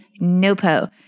Nopo